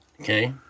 okay